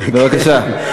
בבקשה.